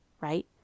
right